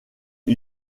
une